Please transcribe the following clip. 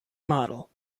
model